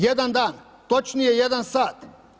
Jedan dan, točnije jedan sat.